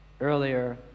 earlier